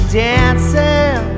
dancing